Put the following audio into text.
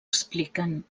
expliquen